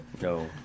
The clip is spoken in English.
no